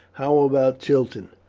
how about chiton?